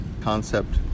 concept